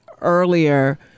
earlier